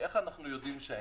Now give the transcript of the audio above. איך אנחנו יודעים שאין?